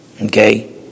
Okay